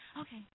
Okay